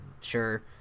Sure